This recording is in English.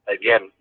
again